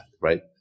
right